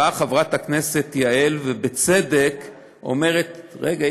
באה חברת הכנסת יעל ובצדק אומרת: רגע,